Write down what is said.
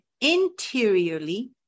interiorly